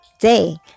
day